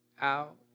out